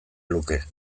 luke